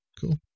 cool